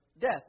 death